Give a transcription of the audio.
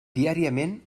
diàriament